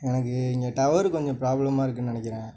எனக்கு இங்கே டவரு கொஞ்சம் ப்ராப்ளமாக இருக்குதுனு நினைக்கிறேன்